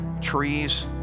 trees